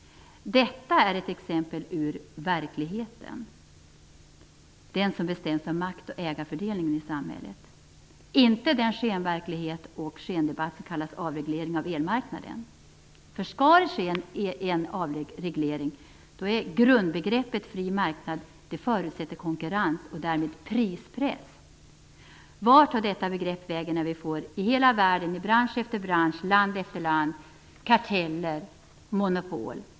Detta är ett exempel ur verkligheten, den som bestäms av makt och ägarfördelningen i samhället - inte den skenverklighet och skendebatt som kallas avreglering av elmarknaden. Skall det ske en avreglering då är grundbegreppet fri marknad, och det förutsätter konkurrens och därmed prispress. Vart tar detta begrepp vägen när vi i hela världen, i bransch efter bransch, i land efter land får karteller och monopol?